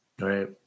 Right